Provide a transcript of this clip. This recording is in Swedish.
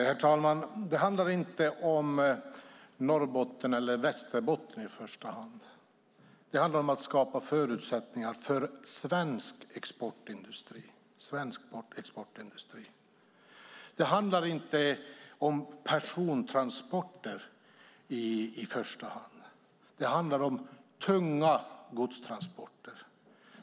Herr talman! Det handlar inte i första hand om Norrbotten eller Västerbotten utan det handlar om att skapa förutsättningar för svensk exportindustri. Det handlar inte i första hand om persontransporter utan det handlar om tunga godstransporter.